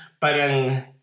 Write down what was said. parang